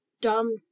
dumb